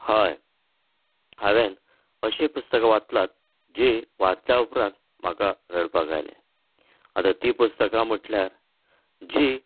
हय हांवें अशीं पुस्तकां वाचलात जीं वाचल्या उपरांत म्हाका रडपाक आयलें आतां तीं पुस्तकां म्हणटल्यार जीं